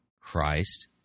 Christ